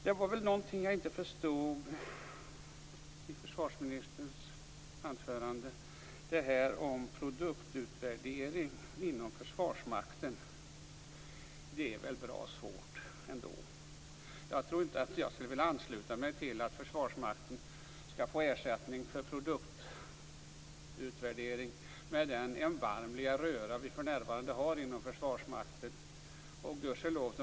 Det var något som jag inte förstod i försvarsministerns anförande. Det gäller det här med produktutvärdering inom Försvarsmakten. Det är väl bra svårt, ändå? Jag tror inte att jag skulle vilja ansluta mig till att Försvarsmakten skall få ersättning för produktutvärdering med den erbarmliga röra som vi för närvarande har inom Försvarsmakten.